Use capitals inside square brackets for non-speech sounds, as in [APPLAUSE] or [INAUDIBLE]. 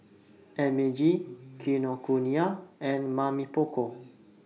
M A G [NOISE] Kinokuniya and Mamy Poko [NOISE]